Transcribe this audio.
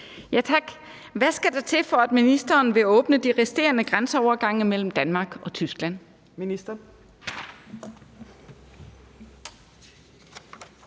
(V): Tak. Hvad skal der til, for at ministeren vil åbne de resterende grænseovergange mellem Danmark og Tyskland?